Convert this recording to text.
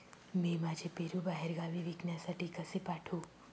मी माझे पेरू बाहेरगावी विकण्यासाठी कसे पाठवू?